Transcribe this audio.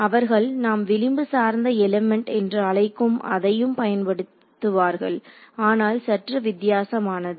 அவர்கள் நாம் விளிம்பு சார்ந்த எலிமெண்ட் என்று அழைக்கும் அதையும் பயன்படுத்துவார்கள் ஆனால் சற்று வித்தியாசமானது